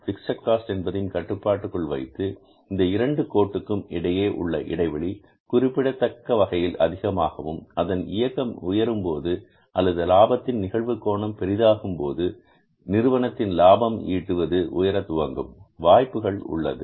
fixed cost என்பதையும் கட்டுப்பாட்டுக்குள் வைத்து இந்த இரண்டு கோட்டுக்கும் இடையே உள்ள இடைவெளி குறிப்பிடத்தக்க வகையில் அதிகமாகவும் அதன் இயக்கம் உயரும்போது அல்லது லாபத்தின் நிகழ்வு கோணம் பெரிதாகும்போது நிறுவனத்தின் லாபம் ஈட்டுவது உயரத் துவங்கும் வாய்ப்புகள் உள்ளது